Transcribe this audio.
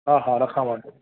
हा हा रखां मां